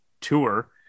tour